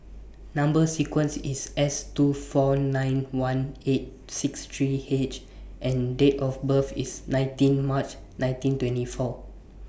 Number sequence IS S two four nine one eight six three H and Date of birth IS nineteen March nineteen twenty four